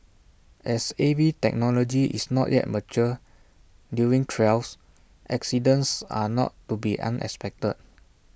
as A V technology is not yet mature during trials accidents are not to be unexpected